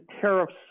tariffs